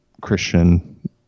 Christian